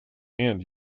and